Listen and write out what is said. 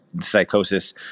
psychosis